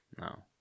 No